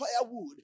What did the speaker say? firewood